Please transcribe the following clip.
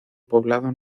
poblado